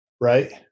right